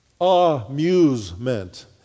Amusement